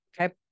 Okay